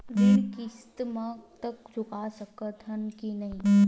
ऋण किस्त मा तक चुका सकत हन कि नहीं?